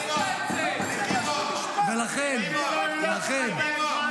ולכן --- רביבו, רביבו.